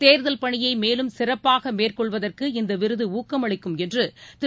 தேர்தல் பணியை மேலும் சிறப்பாக மேற்கொள்வதற்கு இந்த விருது ஊக்கம் அளிக்கும் என்று திரு